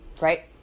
right